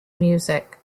music